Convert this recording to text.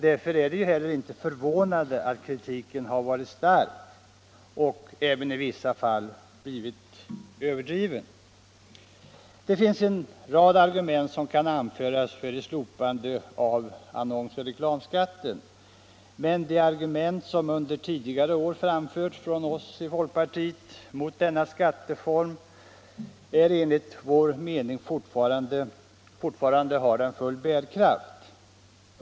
Därför är det inte heller förvånande att kritiken varit stark och i vissa fall gått till överdrifter. Det kan anföras en rad argument för ett slopande av annons-och reklamskatten. De argument som under tidigare år framförts från oss i folkpartiet mot denna skatteform är enligt vår mening fortfarande fullt bärkraftiga.